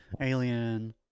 alien